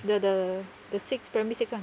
the the the six primary six [one]